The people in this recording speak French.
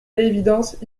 l’évidence